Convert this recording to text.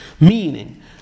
Meaning